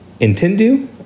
Intendu